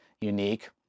unique